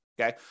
Okay